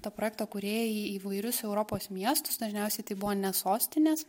to projekto kūrėjai įvairius europos miestus dažniausiai tai buvo ne sostinės